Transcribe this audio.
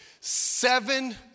seven